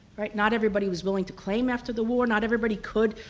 not everybody was willing to claim after the war, not everybody could,